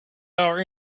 our